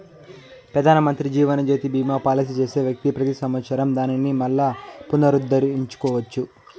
పెదానమంత్రి జీవనజ్యోతి బీమా పాలసీ చేసే వ్యక్తి పెతి సంవత్సరం దానిని మల్లా పునరుద్దరించుకోవచ్చు